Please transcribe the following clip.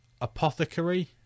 Apothecary